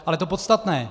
Ale to podstatné.